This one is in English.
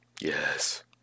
Yes